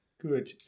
Good